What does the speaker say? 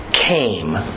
Came